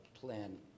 plan